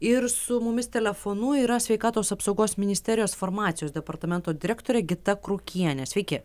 ir su mumis telefonu yra sveikatos apsaugos ministerijos farmacijos departamento direktorė gita krukienė sveiki